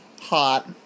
hot